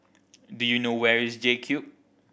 do you know where is JCube